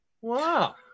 Wow